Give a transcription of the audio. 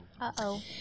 Uh-oh